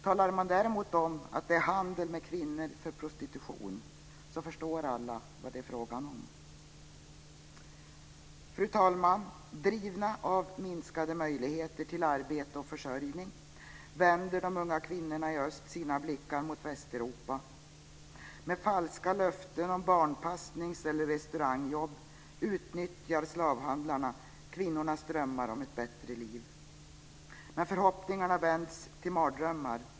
Talar man däremot om att det är handel med kvinnor för prostitution förstår alla vad det är fråga om. Fru talman! Drivna av minskade möjligheter till arbete och försörjning vänder de unga kvinnorna i öst sina blickar mot Västeuropa. Med falska löften om barnpassnings eller restaurangjobb utnyttjar slavhandlarna kvinnornas drömmar om ett bättre liv. Men förhoppningar vänds till mardrömmar.